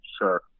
Sure